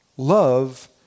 Love